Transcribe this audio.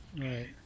Right